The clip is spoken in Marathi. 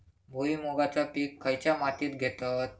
भुईमुगाचा पीक खयच्या मातीत घेतत?